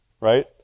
Right